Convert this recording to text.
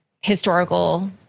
historical